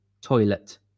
toilet